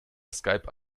skype